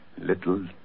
little